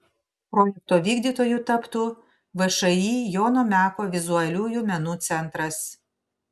projekto vykdytoju taptų všį jono meko vizualiųjų menų centras